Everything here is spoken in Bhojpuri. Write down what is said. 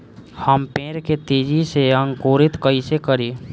हम पेड़ के तेजी से अंकुरित कईसे करि?